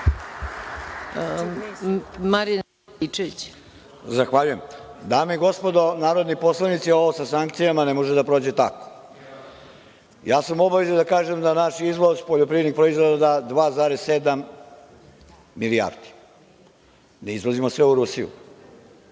Rističević** Zahvaljujem. Dame i gospodo narodni poslanici, ovo sa sankcijama ne može da prođe tako. U obavezi sam da kažem da je naš izvoz poljoprivrednih proizvoda 2,7 milijardi. Ne izvozimo sve u Rusiju.